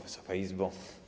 Wysoka Izbo!